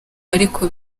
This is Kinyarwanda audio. ariko